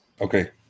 Okay